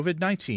COVID-19